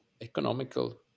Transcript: economical